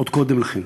עוד קודם לכן.